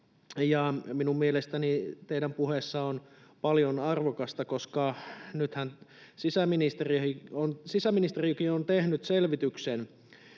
Minun mielestäni teidän puheessanne on paljon arvokasta, koska nythän sisäministeriökin on tehnyt tänä